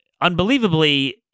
unbelievably